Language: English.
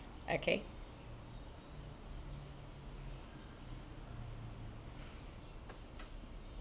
okay